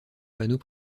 panneaux